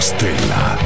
Stella